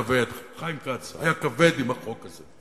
חיים כץ, היה כבד עם החוק הזה,